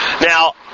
Now